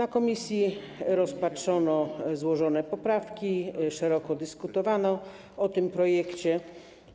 W komisji rozpatrzono złożone poprawki, szeroko dyskutowano o tym projekcie.